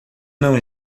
não